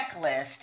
Checklist